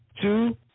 Two